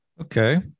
Okay